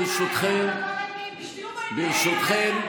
ברשותכם,